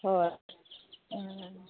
হয় অঁ